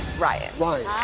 ryan. ryan.